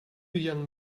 young